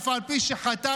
אף על פי שחטא,